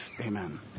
Amen